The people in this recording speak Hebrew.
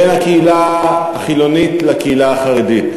בין הקהילה החילונית לקהילה החרדית.